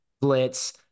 blitz